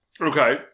Okay